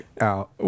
out